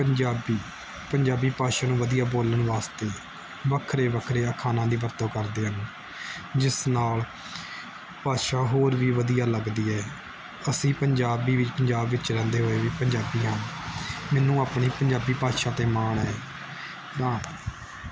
ਪੰਜਾਬੀ ਪੰਜਾਬੀ ਭਾਸ਼ਾ ਨੂੰ ਵਧੀਆ ਬੋਲਣ ਵਾਸਤੇ ਵੱਖਰੇ ਵੱਖਰੇ ਅਖਾਣਾਂ ਦੀ ਵਰਤੋਂ ਕਰਦੇ ਹਨ ਜਿਸ ਨਾਲ ਭਾਸ਼ਾ ਹੋਰ ਵੀ ਵਧੀਆ ਲੱਗਦੀ ਹੈ ਅਸੀਂ ਪੰਜਾਬੀ ਵਿੱਚ ਪੰਜਾਬ ਵਿੱਚ ਰਹਿੰਦੇ ਹੋਏ ਵੀ ਪੰਜਾਬੀ ਹਾਂ ਮੈਨੂੰ ਆਪਣੀ ਪੰਜਾਬੀ ਭਾਸ਼ਾ 'ਤੇ ਮਾਣ ਹੈ